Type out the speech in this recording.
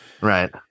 right